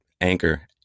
Anchor